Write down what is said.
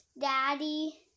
daddy